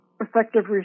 effective